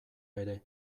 ere